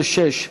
366,